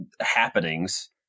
happenings